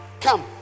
Come